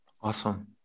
Awesome